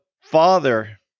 father